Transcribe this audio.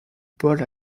paul